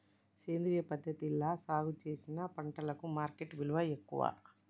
సేంద్రియ పద్ధతిలా సాగు చేసిన పంటలకు మార్కెట్ విలువ ఎక్కువ